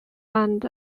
and